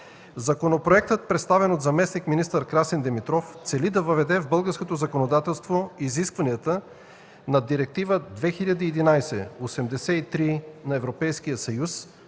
Законопроектът, представен от заместник-министър Красин Димитров, цели да въведе в българското законодателство изискванията на Директива 2011/83/ЕС на Европейския